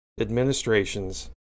administration's